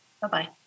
Bye-bye